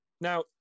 Now